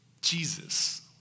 Jesus